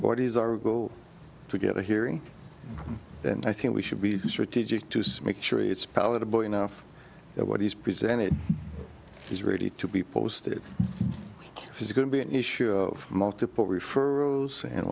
what is our will to get a hearing and i think we should be strategic to make sure it's palatable enough that what he's presented is ready to be posted is going to be an issue of multiple referrals and